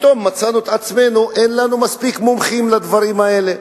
פתאום מצאנו את עצמנו שאין לנו מספיק מומחים לדברים האלה.